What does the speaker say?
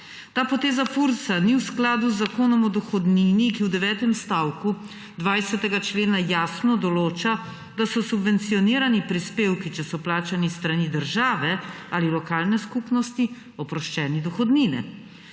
Ta poteza Fursa ni v skladu z Zakonom o dohodnini, ki v devetem stavku 20. člena jasno določa, da so subvencionirani prispevki, če so plačani s strani države ali lokalne skupnosti, oproščeni dohodnine.